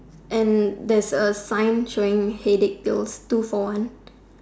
and there's a sign showing headache doze two for one